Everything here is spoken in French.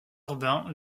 urbain